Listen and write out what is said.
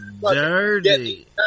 dirty